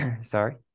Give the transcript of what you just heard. Sorry